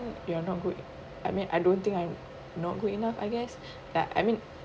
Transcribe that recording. you are not good I mean I don't think I'm not good enough I guess like I mean